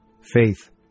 faith